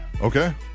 Okay